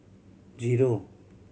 zero